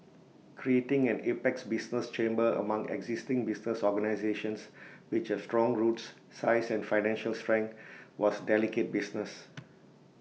creating an apex business chamber among existing business organisations which have strong roots size and financial strength was delicate business